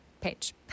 page